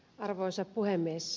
arvoisa puhemies